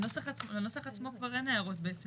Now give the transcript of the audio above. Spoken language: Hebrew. לנוסח עצמו כבר אין הערות בעצם,